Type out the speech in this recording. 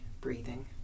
breathing